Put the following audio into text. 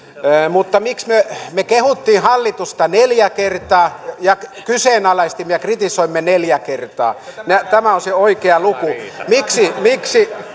mutta me me kehuimme hallitusta neljä kertaa ja kyseenalaistimme ja kritisoimme neljä kertaa tämä on se oikea luku miksi miksi